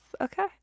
okay